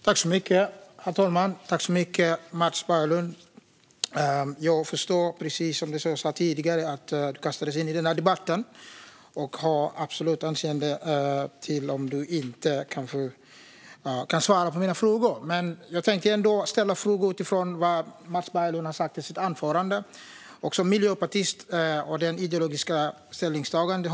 Herr talman! Tack, Mats Berglund, som jag förstår har kastats in i den här debatten! Jag har absolut överseende med om du inte kan svara på mina frågor. Men jag tänker ändå ställa frågor utifrån vad du sa i anförandet. Jag hoppas att du ska kunna svara på mina frågor som miljöpartist och utifrån partiets ideologiska ställningstaganden.